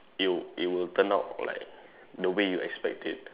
it'll it will turn out like the way you expect it